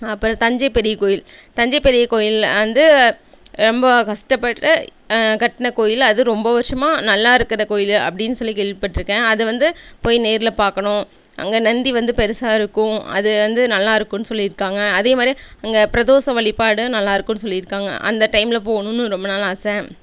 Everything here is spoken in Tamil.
அப்புறம் தஞ்சை பெரியக் கோயில் தஞ்சை பெரியக் கோயிலில் வந்து ரொம்ப கஷ்டப்பட்டு கட்டின கோயில் அது ரொம்ப வருஷமாக நல்லா இருக்கிற கோயில் அப்படின்னு சொல்லி கேள்விப்பட்டுருக்கேன் அதை வந்து போய் நேரில் பார்க்கணும் அங்கே நந்தி வந்து பெருசாக இருக்கும் அது வந்து நல்லா இருக்கும்ன்னு சொல்லியிருக்காங்க அதே மாதிரி அங்கே பிரதோஷ வழிபாடும் நல்லா இருக்கும்னு சொல்லியிருக்காங்க அந்த டைமில் போகணுன்னு ரொம்ப நாள் ஆசை